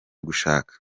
gushaka